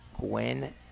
Gwen